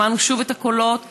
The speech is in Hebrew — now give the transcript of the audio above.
שמענו שוב את הקולות,